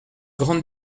grande